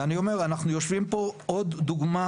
ואני אומר אנחנו יושבים פה עוד דוגמה